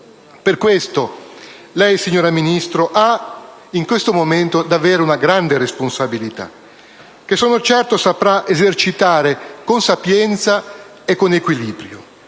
Per questo lei, signora Ministro, ha in questo momento davvero una grande responsabilità, che sono certo saprà esercitare con sapienza e con equilibrio;